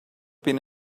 been